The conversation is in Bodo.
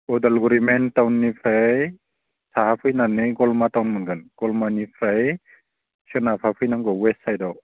अदालगुरि मैन टाउननिफ्राय साहा फैनानै गलमा टाउन मोनगोन गलमानिफ्राय सोनाबहा फैनांगौ वेस्ट साइडआव